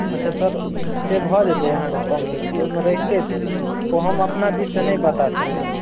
अच्छा सर से भऽ जेतै अहाँकेँ कम बेसी ओहिमे रहिते छै ओ हम अपना दिशसँ नहि बता सकैत छी